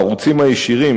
הערוצים הישירים,